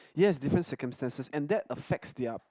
yes different circumstances and that affects their